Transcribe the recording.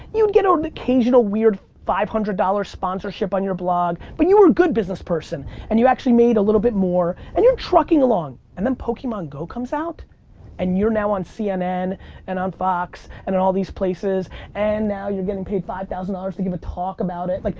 you'd get an occasional weird five hundred dollars sponsorship on your blog but you were a good businessperson and you actually made a little bit more. and you're trucking along and then pokemon go comes out and you're now on cnn and on fox and and all these places and now you're getting paid five thousand dollars to give a talk about it. like